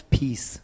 peace